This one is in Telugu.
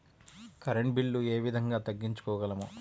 కరెంట్ బిల్లు ఏ విధంగా తగ్గించుకోగలము?